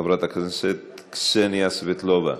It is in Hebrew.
חברת הכנסת קסניה סבטלובה,